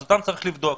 אז אותם צריך לבדוק.